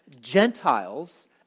Gentiles